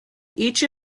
each